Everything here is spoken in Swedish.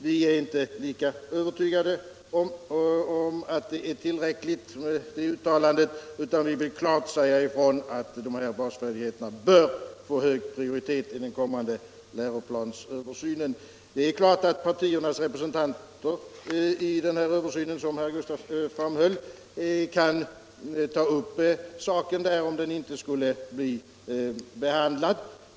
Vi är dock inte lika övertygade om att det är tillräckligt, utan vill klart säga ifrån att dessa basfärdigheter bör få hög prioritet. Det är klart, som herr Gustafsson framhöll, att partiernas representanter i läroplansöversynen kan ta upp saken om den inte skulle bli behandlad.